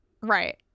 Right